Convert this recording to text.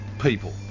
people